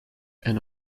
and